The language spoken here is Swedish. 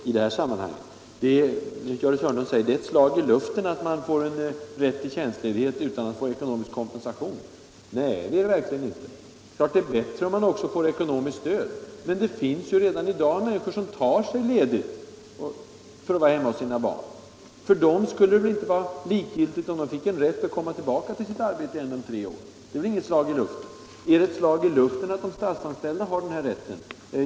Gördis Hörnlund säger att det är ett slag i luften att få rätt till tjänstledighet utan ekonomisk kompensation. Nej, det är det verkligen inte. Det är klart att det är bättre om man också får ett ekonomiskt stöd, men det finns ju redan i dag människor som tar sig ledighet för att vara hemma hos sina barn. För dem skulle det inte vara likgiltigt om de fick en rätt att komma tillbaka till sitt arbete efter tre år. Det är inget slag i luften. Är det ett slag i luften att de statsanställda har rätt att komma tillbaka?